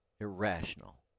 irrational